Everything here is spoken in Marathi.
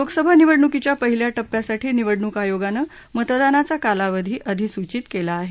लोकसभा निवडणुकीच्या पहिल्या टप्प्यासाठी निवडणूक आयोगानं मतदानाचा कालावधी अधिसूचित केला आहे